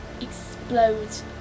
explodes